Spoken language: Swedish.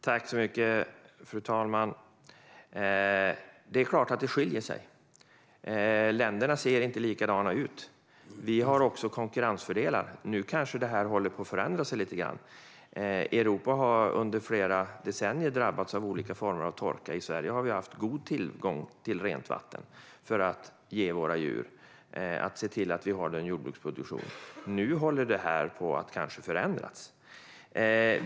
Fru talman! Det är klart att det skiljer sig och att länderna inte ser likadana ut. Vi har också konkurrensfördelar, även om det nu kanske håller på att förändra sig lite grann. Europa har under flera decennier drabbats av olika former av torka, medan vi i Sverige har haft god tillgång till rent vatten att ge våra djur och så att vi kan se till att vi har en jordbruksproduktion. Nu håller det kanske på att förändras.